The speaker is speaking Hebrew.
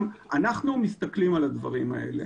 אנחנו מסתכלים על הדברים האלה.